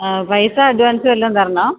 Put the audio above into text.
അ പൈസ അഡ്വാൻസ് വല്ലതും തരണോ